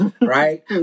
right